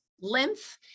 lymph